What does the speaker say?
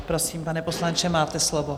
Prosím, pane poslanče, máte slovo.